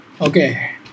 Okay